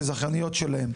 כזכייניות שלהם,